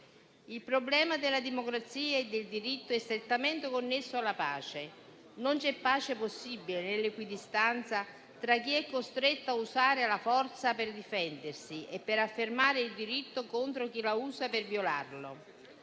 Il problema della democrazia e del diritto è strettamente connesso alla pace. Non c'è pace possibile nell'equidistanza tra chi è costretto a usare la forza per difendersi e per affermare il diritto contro chi la usa per violarlo.